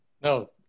No